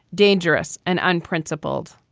dangerous and unprincipled.